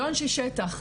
לא אנשי שטח,